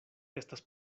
estas